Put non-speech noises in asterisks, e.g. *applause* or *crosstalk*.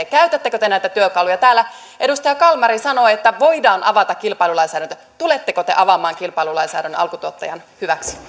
*unintelligible* käytättekö te näitä työkaluja täällä edustaja kalmari sanoi että voidaan avata kilpailulainsäädäntö tuletteko te avaamaan kilpailulainsäädännön alkutuottajan hyväksi